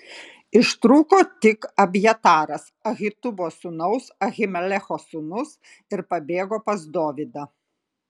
ištrūko tik abjataras ahitubo sūnaus ahimelecho sūnus ir pabėgo pas dovydą